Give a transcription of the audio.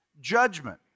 judgment